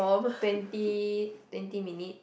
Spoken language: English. twenty twenty minute